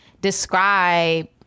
describe